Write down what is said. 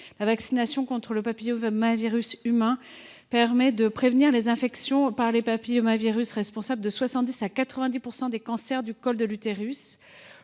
La vaccination contre le papillomavirus humain permet de prévenir les infections par les papillomavirus responsables de 70 % à 90 % des cancers du col de l’utérus.